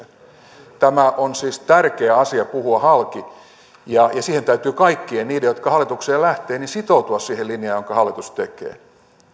hyviä kompromisseja tämä on siis tärkeä asia puhua halki ja kaikkien niiden jotka hallitukseen lähtevät täytyy sitoutua siihen linjaan jonka hallitus tekee